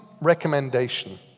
recommendation